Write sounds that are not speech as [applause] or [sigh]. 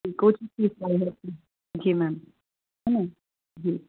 goods [unintelligible] जी ma'am है न जी